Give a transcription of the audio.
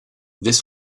this